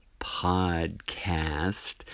podcast